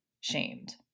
shamed